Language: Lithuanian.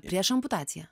prieš amputaciją